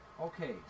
Okay